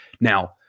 Now